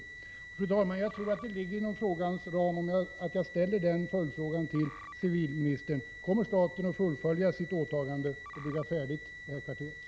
Fru talman! Jag tror att det ligger inom frågans ram att jag ställer en följdfråga till civilministern. Kommer staten att fullfölja sitt åtagande och bygga färdigt detta kvarter?